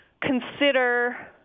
consider